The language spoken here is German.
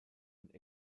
und